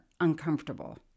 uncomfortable